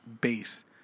base